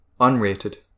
unrated